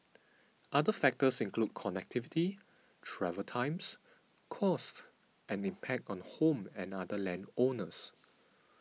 other factors include connectivity travel times costs and impact on home and other land owners